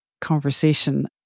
conversation